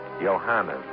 Johannes